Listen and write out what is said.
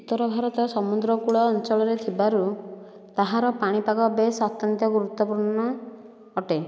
ଉତ୍ତର ଭାରତ ସମୁଦ୍ରକୂଳ ଅଞ୍ଚଳରେ ଥିବାରୁ ତାହାର ପାଣି ପାଗ ବେଶ ଅତ୍ୟନ୍ତ ଗୁରୁତ୍ୱପୂର୍ଣ୍ଣ ଅଟେ